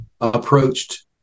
approached